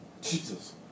Jesus